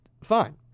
fine